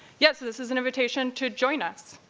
yes, this is an invitation to join us.